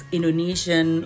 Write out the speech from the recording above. Indonesian